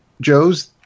Joes